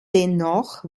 dennoch